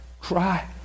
Cry